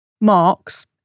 marks